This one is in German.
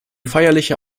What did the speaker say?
feierlicher